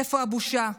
איפה הבושה?